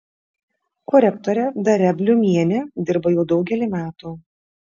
korektorė dalia bliumienė dirba jau daugelį metų